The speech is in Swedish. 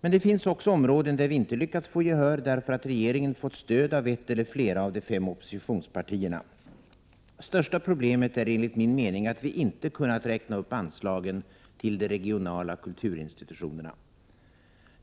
Det finns emellertid också områden där vi inte lyckats få gehör därför att regeringen fått stöd av ett eller flera av de fem oppositionspartierna. Största problemet är enligt min mening att vi inte kunnat räkna upp anslagen till de regionala kulturinstitutionerna.